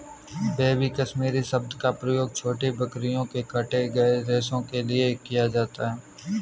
baby Kashmiri शब्द का प्रयोग छोटी बकरियों के काटे गए रेशो के लिए किया जाता है